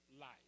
life